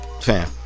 fam